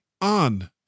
on